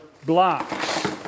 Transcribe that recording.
Blocks